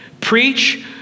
preach